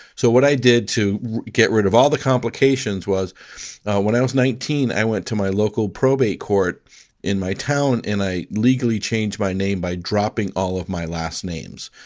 so what i did to get rid of all the complications was when i was nineteen, i went to my local probate court in my town and i legally changed my name by dropping all of my last names.